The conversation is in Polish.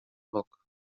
bok